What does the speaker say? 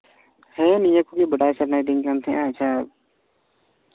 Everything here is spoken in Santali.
ᱦᱮᱸ ᱱᱤᱭᱟᱹ ᱠᱚᱜᱮ ᱵᱟᱰᱟᱭ ᱥᱟᱱᱟᱭᱮᱫᱤᱧ ᱠᱟᱱ ᱛᱟᱦᱮᱱᱟ ᱟᱪᱪᱷᱟ